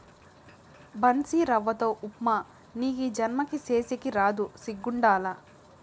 బన్సీరవ్వతో ఉప్మా నీకీ జన్మకి సేసేకి రాదు సిగ్గుండాల